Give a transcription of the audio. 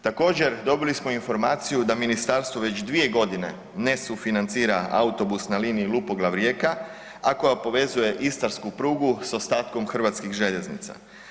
Također, dobili smo informaciju da ministarstvo već dvije godine ne sufinancira autobus na liniji Lupoglav-Rijeka, a koji povezuje istarsku prugu s ostatkom hrvatskih željeznica.